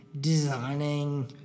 designing